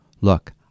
Look